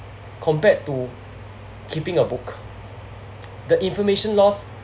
compared to keeping a book the information loss